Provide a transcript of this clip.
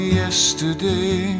yesterday